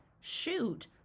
shoot